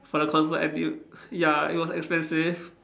for the concert and you ya it was expensive